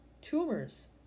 Tumors